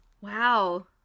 wow